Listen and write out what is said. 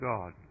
God